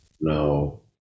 no